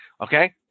okay